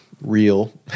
real